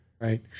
Right